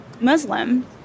Muslim